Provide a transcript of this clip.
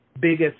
biggest